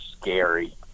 scary